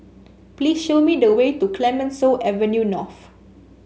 please show me the way to Clemenceau Avenue North